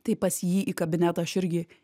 tai pas jį į kabinetą aš irgi